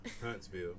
Huntsville